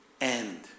end